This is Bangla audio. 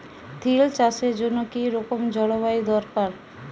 তিল চাষের জন্য কি রকম জলবায়ু দরকার?